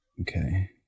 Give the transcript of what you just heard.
Okay